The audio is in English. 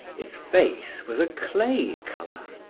his face was a clay color,